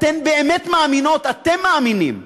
אתן מאמינות, אתם מאמינים,